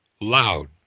loud